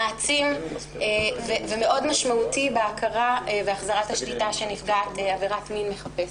מעצים ומשמעותי מאוד בהכרה והחזרת השליטה שנפגעת עבירת מין מחפשת.